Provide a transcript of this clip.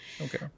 Okay